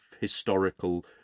historical